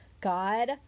God